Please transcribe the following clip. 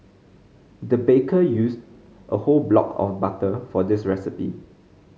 the baker used a whole block of butter for this recipe